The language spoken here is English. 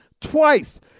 twice